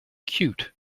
cute